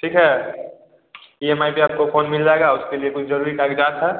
ठीक है E M I पर आपको फोन मिल जाएगा उसके लिए कुछ जरूरी कागजात है